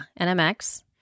nmx